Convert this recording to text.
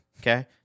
Okay